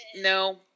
No